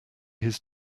his